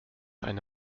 eine